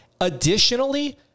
Additionally